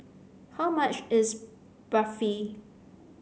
how much is Barfi